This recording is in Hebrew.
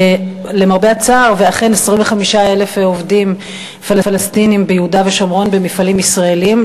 ואכן 25,000 עובדים פלסטינים עובדים ביהודה ושומרון במפעלים ישראליים.